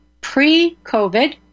pre-COVID